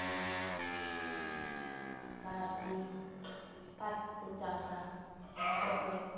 ᱥᱤᱛᱩᱝ ᱥᱚᱢᱚᱭ ᱦᱚᱸ ᱱᱮᱛᱟᱨ ᱫᱤᱱ ᱯᱟᱴ ᱠᱚ ᱪᱟᱥᱟ ᱱᱤᱛᱳᱜ ᱫᱚ